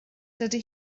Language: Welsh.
dydy